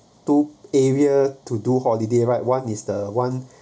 two area to do holiday right one is the one